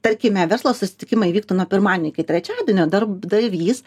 tarkime verslo susitikimai vyktų nuo pirmadienio iki trečiadienio darbdavys